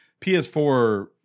PS4